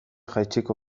jaitsiko